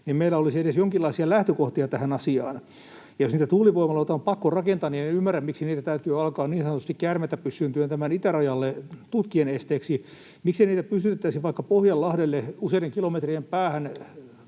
meillä olisi edes jonkinlaisia lähtökohtia tähän asiaan. Ja jos niitä tuulivoimaloita on pakko rakentaa, niin en ymmärrä, miksi niitä täytyy alkaa niin sanotusti käärmeitä pyssyyn työntämään itärajalle tutkien esteeksi. Miksei niitä pystytettäisi vaikka Pohjanlahdelle useiden kilometrien päähän